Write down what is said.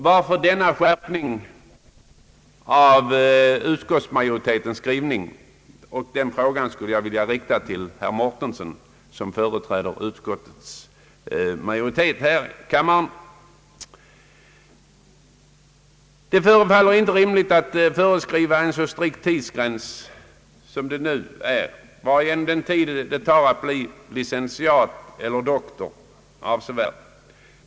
Varför denna skärpning i utskottsmajoritetens skrivning? Den frågan vill jag rikta till herr Mårtensson, som företräder utskottets majoritet här i kammaren. Det förefaller inte rimligt att föreskriva en så strikt tidsgräns. Som det nu är varierar den tid det tar att bli licentiat och doktor avsevärt.